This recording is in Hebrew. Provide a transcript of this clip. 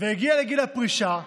והגיע לגיל הפרישה ומקבל,